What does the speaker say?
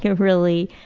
really,